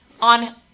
on